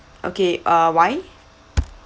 okay uh why